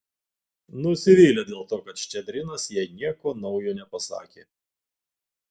nusivylė dėl to kad ščedrinas jai nieko naujo nepasakė